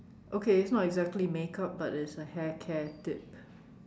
okay it's not exactly makeup but it's a hair care tip